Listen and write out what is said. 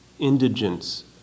indigence